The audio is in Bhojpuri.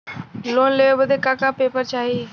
लोन लेवे बदे का का पेपर चाही?